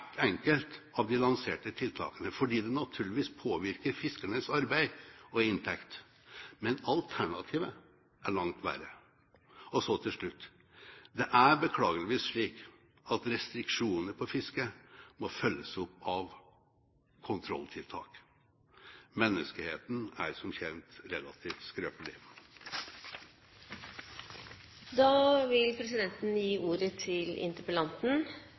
enkelt av de lanserte tiltakene fordi det naturligvis påvirker fiskernes arbeid og inntekt, men alternativet er langt verre. Til slutt: Det er beklageligvis slik at restriksjoner i fisket må følges opp av kontrolltiltak. Menneskeheten er, som kjent, relativt skrøpelig. Jeg vil